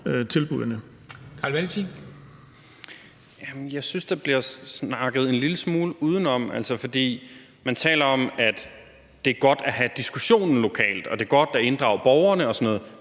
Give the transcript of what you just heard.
Jeg synes, der bliver snakket en lille smule udenom. Man taler om, at det er godt at have diskussionen lokalt, og at det er godt at inddrage borgerne og sådan noget.